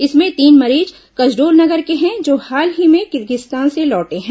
इसमें तीन मरीज कसडोल नगर के हैं जो हाल ही में किर्गिस्तान से लौटे हैं